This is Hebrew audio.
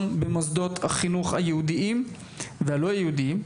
במוסדות החינוך היהודיים והלא יהודים,